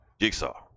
Jigsaw